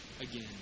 again